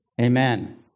Amen